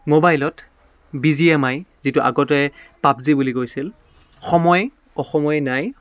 মোবাইলত B G M I যিটো আগতে পাবজি বুলি কৈছিল সময় অসময় নাই